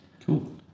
Cool